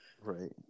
Right